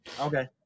Okay